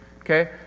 okay